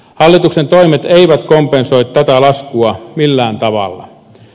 hallituksen toimet eivät kompensoi tätä laskua millään tavalla